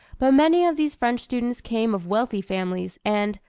but many of these french students came of wealthy families and,